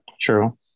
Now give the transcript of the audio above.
True